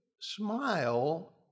smile